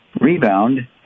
rebound